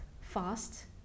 fast